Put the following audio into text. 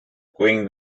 going